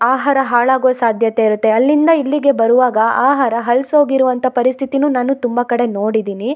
ಆಹಾರ ಹಾಳಾಗೋ ಸಾಧ್ಯತೆ ಇರುತ್ತೆ ಅಲ್ಲಿಂದ ಇಲ್ಲಿಗೆ ಬರುವಾಗ ಆಹಾರ ಹಳ್ಸೋಗಿರುವಂಥ ಪರಿಸ್ಥಿತಿನೂ ನಾನು ತುಂಬ ಕಡೆ ನೋಡಿದ್ದೀನಿ